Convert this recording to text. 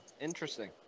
interesting